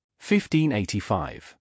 1585